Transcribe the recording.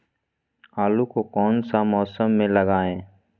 आलू को कौन सा मौसम में लगाए?